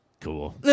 cool